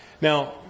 Now